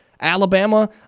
Alabama